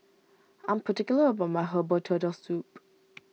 I am particular about my Herbal Turtle Soup